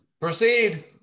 Proceed